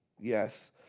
yes